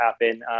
happen